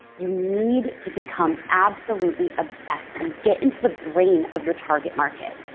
you need to become absolutely obsessed and get into the brain of your target market.